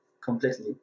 completely